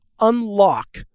unlock